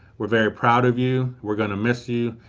we're very proud of you, we're gonna miss you,